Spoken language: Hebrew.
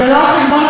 זה לא פשוט.